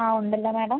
അതെ ഉണ്ടല്ലോ മാഡം